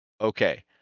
Okay